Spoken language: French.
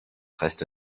reste